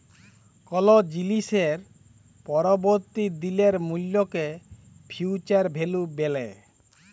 call জিলিসের পরবর্তী দিলের মূল্যকে ফিউচার ভ্যালু ব্যলে